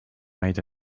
made